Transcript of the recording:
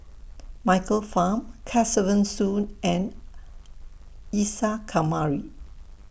Michael Fam Kesavan Soon and Isa Kamari